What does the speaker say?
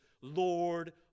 Lord